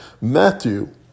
Matthew